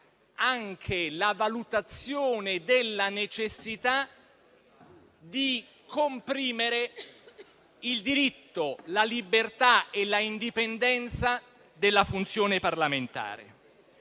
però, la valutazione della necessità di comprimere il diritto, la libertà e l'indipendenza della funzione parlamentare.